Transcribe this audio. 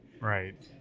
Right